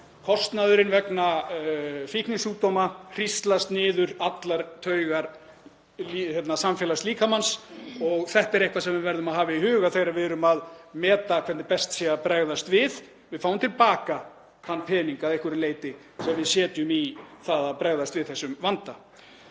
Kostnaðurinn vegna fíknisjúkdóma hríslast niður allar taugar samfélagslíkamans og þetta er eitthvað sem við verðum að hafa í huga þegar við erum að meta hvernig best sé að bregðast við. Við fáum til baka þann pening að einhverju leyti sem við setjum í það að bregðast við þessum vanda.